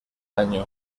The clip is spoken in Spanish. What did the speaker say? año